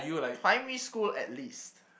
primary school at least